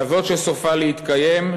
כזאת שסופה להתקיים,